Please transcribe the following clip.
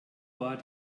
war